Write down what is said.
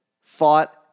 fought